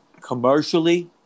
commercially